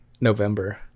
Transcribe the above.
November